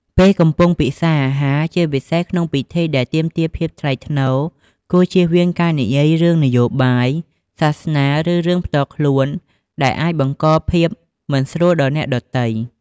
ពេលកំពុងពិសារអាហារ ជាពិសេសនៅក្នុងពិធីដែលទាមទារភាពថ្លៃថ្នូរ គួរជៀសវាងការនិយាយរឿងនយោបាយ សាសនា ឬរឿងផ្ទាល់ខ្លួនដែលអាចបង្កភាពមិនស្រួលដល់អ្នកដទៃ។